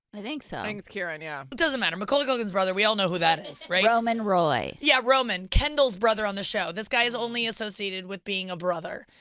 i think so. it's kieran, yeah. it doesn't matter, macaulay culkin's brother, we all know who that is, right? roman roy. yeah, roman, kendall's brother on the show. this guy is only associated with being a brother.